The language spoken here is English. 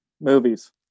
Movies